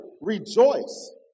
rejoice